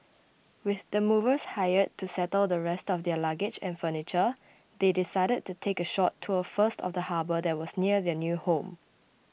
with the movers hired to settle the rest of their luggage and furniture they decided to take a short tour first of the harbour that was near their new home